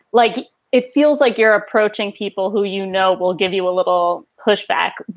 like it feels like you're approaching people who, you know, will give you a little pushback.